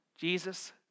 Jesus